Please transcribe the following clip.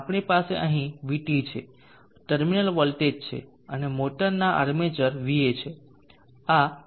આપણી પાસે અહીં vt છે ટર્મિનલ વોલ્ટેજ છે અને મોટરના આર્મચર va છે